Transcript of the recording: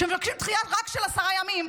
כשמבקשים דחייה רק של עשרה ימים,